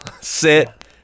sit